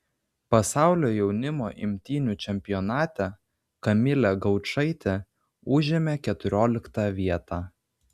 pasaulio jaunimo imtynių čempionate kamilė gaučaitė užėmė keturioliktą vietą